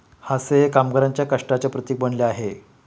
हास्य हे कामगारांच्या कष्टाचे प्रतीक बनले आहे